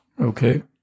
Okay